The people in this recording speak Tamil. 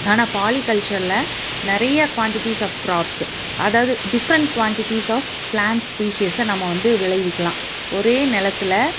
ஆனால் பாலிகல்ச்சரில் நிறைய குவாண்டிட்டிஸ் ஆஃப் கிராப்ஸ் அதாவது டிஃப்ரெண்ட் குவாண்டிட்டிஸ் ஆஃப் பிளாண்ட்ஸ் ஸ்பீஷியஸை நம்ம வந்து விளைவிக்கலாம் ஒரே நிலத்துல